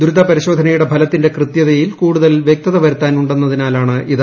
ദ്രുത പരിശോധനയുടെ ഫലത്തിന്റെ കൃത്യതയിൽ കൂടുതൽ വ്യക്തത വരുത്താൻ ഉണ്ടെന്നതിനാലാണ് ഇത്